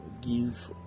give